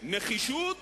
נחישות